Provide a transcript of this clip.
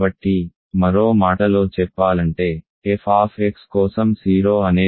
కాబట్టి మరో మాటలో చెప్పాలంటే f కోసం 0 అనేది సాధ్యం కాదు